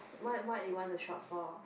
what what you want to shop for